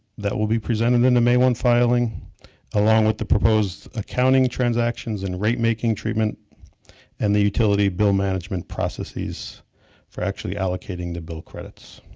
that will be presented in the may one filing along with the proposed accounting transactions and rate making treatment and the utility bill management processes for actually allocating the bill credits.